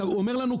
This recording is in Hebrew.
כשהוא אומר לנו,